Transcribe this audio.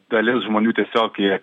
dalis žmonių tiesiog jie